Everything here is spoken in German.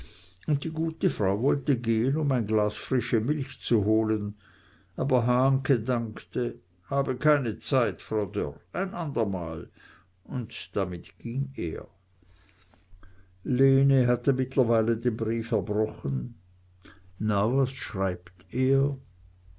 und die gute frau wollte gehn um ein glas frische milch zu holen aber hahnke dankte habe keine zeit frau dörr ein ander mal und damit ging er lene hatte mittlerweile den brief erbrochen na was schreibt er